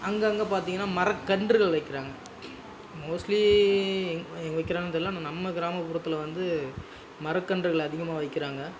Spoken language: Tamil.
அங்கங்கே பார்த்திங்கன்னா மரக்கன்றுகள் வைக்கிறாங்க மோஸ்ட்லி எங்கே வைக்கிறாங்கன்னு தெரியல ஆனால் நம்ம கிராமப்புறத்தில் வந்து மரக்கன்றுகள் அதிகமாக வைக்கிறாங்க